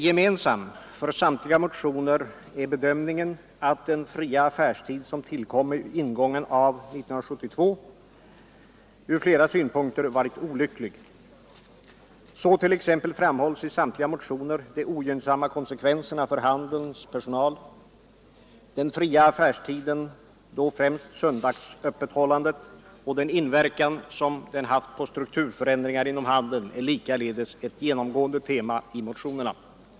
Gemensamt för samtliga motioner är bedömningen att den fria affärstid som tillkom med ingången av 1972 från flera synpunkter varit olycklig. Så t.ex. framhålls i samtliga motioner de ogynnsamma konsekvenserna för handelns personal. Den fria affärstiden, då främst söndagsöppethållandet, och den inverkan som den haft på strukturförändringar inom handeln är likaledes ett genomgående tema i motionerna.